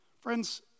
Friends